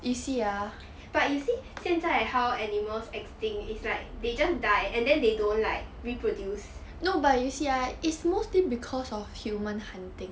but you see 现在 how animals extinct is like they just die and then they don't like reproduce